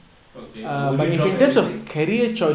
okay but would you drop everything